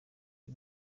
iki